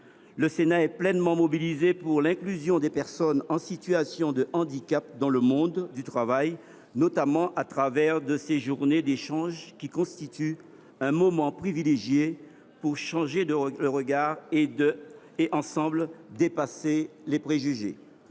Le Sénat est pleinement mobilisé pour l’inclusion des personnes en situation de handicap dans le monde du travail, notamment au travers de ces journées d’échanges, qui constituent un moment privilégié pour changer de regard et, ensemble, dépasser nos préjugés.